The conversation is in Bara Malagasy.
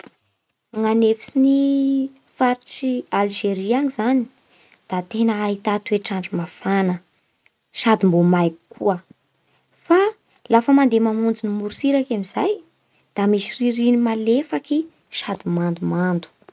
Ny agn'efitsin'ny faritsy Alzeria any zany e da tena ahità toetr'andro mafana sady mbô may be koa. Fa lafa mandeha mamonjy ny morotsiraky amin'izay da misy ririny malefaky sy mandomando.